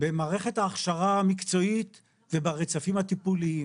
ומערכת ההכשרה המקצועית זה ברצפים הטיפוליים